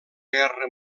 guerra